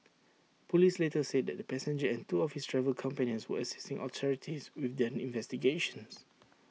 Police later said that the passenger and two of his travel companions were assisting authorities with their investigations